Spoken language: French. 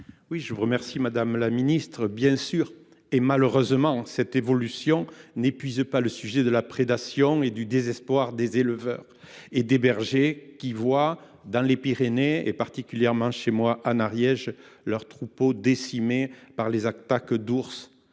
Je vous remercie, madame la ministre. Malheureusement, cette évolution n’épuisera pas le sujet de la prédation et du désespoir des éleveurs et des bergers qui voient, dans les Pyrénées, particulièrement chez moi en Ariège, leurs troupeaux décimés par les attaques d’ours.